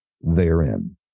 therein